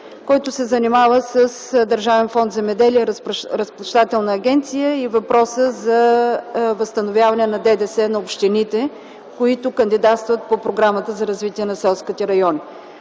който се занимава с Държавен фонд „Земеделие”, Разплащателна агенция и въпроса за възстановяване на ДДС на общините, които кандидатстват по Програмата за развитие на селските райони.